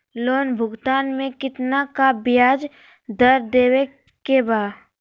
Loan भुगतान में कितना का ब्याज दर देवें के बा?